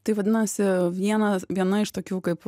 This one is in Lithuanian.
tai vadinasi viena viena iš tokių kaip